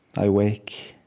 i wake.